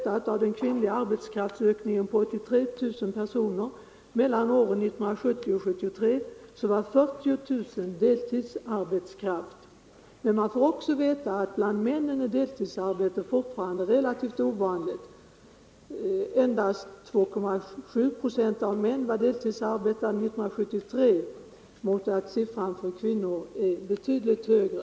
Av den kvinnliga arbetskraftsökningen på 83 000 personer mellan åren 1970 och 1973 var 40 000 deltidsarbetskraft. Bland männen är deltidsarbete fortfarande relativt ovanligt. År 1973 var bara 2,7 procent av alla män i åldrarna 16-74 år deltidsarbetande. Siffrorna för kvinnliga deltidsarbetande var sålunda mycket högre.